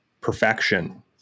perfection